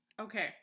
okay